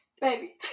Baby